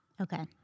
Okay